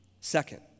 Second